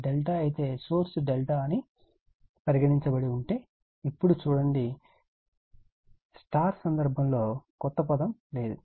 ఇది ∆ అయితే సోర్స్ ∆ అని పరిగణించబడి ఉంటే ఇప్పుడు చూడండి ఈ సందర్భంలో కొత్త పదం లేదు